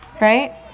Right